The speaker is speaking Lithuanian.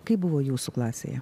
kaip buvo jūsų klasėje